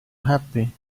happy